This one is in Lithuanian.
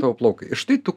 tavo plaukai štai tu